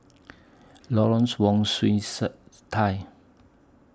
Lawrence Wong Shyun Third Tsai